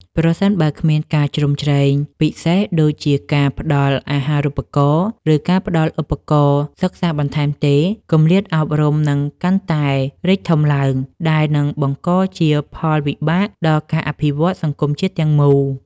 ប្រសិនបើគ្មានការជ្រោមជ្រែងពិសេសដូចជាការផ្តល់អាហារូបករណ៍ ឬការផ្តល់ឧបករណ៍សិក្សាបន្ថែមទេ គម្លាតអប់រំនឹងកាន់តែរីកធំឡើង ដែលនឹងបង្កជាផលវិបាកដល់ការអភិវឌ្ឍសង្គមជាតិទាំងមូល។